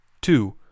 Two